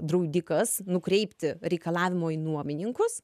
draudikas nukreipti reikalavimo į nuomininkus